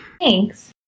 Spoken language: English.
Thanks